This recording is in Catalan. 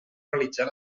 realitzar